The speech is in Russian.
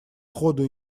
ходу